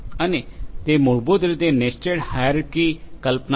અને તે મૂળભૂત રીતે નેસ્ટેડ હાયરાર્કી કલ્પના છે